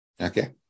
okay